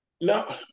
No